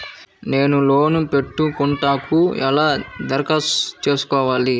నేను లోన్ పెట్టుకొనుటకు ఎలా దరఖాస్తు చేసుకోవాలి?